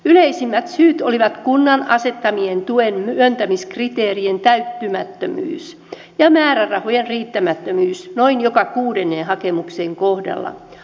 yleisimmät syyt olivat kunnan asettamien tuen myöntämiskriteerien täyttymättömyys ja määrärahojen riittämättömyys noin joka kuudennen hakemuksen kohdalla